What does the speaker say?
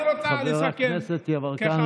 אתה מייצג את האג'נדה של צפון תל אביב, וזה בסדר.